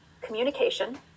communication